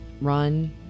run